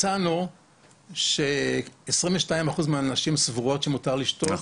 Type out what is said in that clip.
מצאנו ש-22 אחוזים מהנשים סבורות שמותר לשתות,